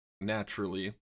naturally